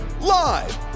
live